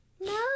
No